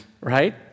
right